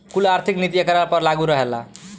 कुल आर्थिक नीति एकरा पर लागू रहेला